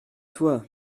toi